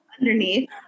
underneath